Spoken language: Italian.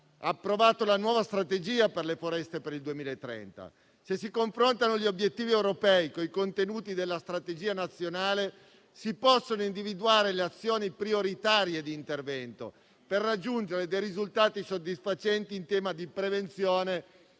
approvato la nuova strategia per le foreste per il 2030. Se si confrontano gli obiettivi europei con i contenuti della strategia nazionale, si possono individuare le azioni prioritarie di intervento, per raggiungere risultati soddisfacenti in tema di prevenzione e soprattutto